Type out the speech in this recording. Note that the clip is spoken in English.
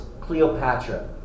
Cleopatra